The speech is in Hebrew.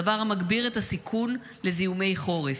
דבר המגביר את הסיכון לזיהומי חורף,